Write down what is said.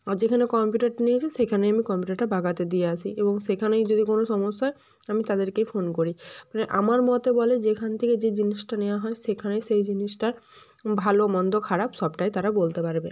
আর যেখানে কম্পিউটারটা নিয়েছি সেখানেই আমি কম্পিউটারটা বাগাতে দিয়ে আসি এবং সেখানেই যদি কোনো সমস্যা হয় আমি তাদেরকে ফোন করি মানে আমার মতে বলে যেখান থেকে যে জিনিসটা নেওয়া হয় সেখানেই সেই জিনিসটার ভালো মন্দ খারাপ সবটাই তারা বলতে পারবে